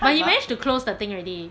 but he manage to close the thing already